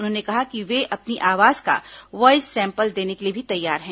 उन्होंने कहा कि वे अपनी आवाज का वाईस सैंपल देने के लिए भी तैयार है